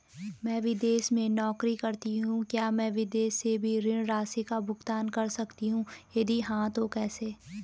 मैं विदेश में नौकरी करतीं हूँ क्या मैं विदेश से भी ऋण राशि का भुगतान कर सकती हूँ यदि हाँ तो कैसे?